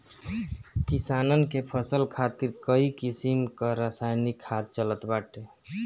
किसानन के फसल खातिर कई किसिम कअ रासायनिक खाद चलत बाटे